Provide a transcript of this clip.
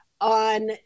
on